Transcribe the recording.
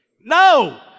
No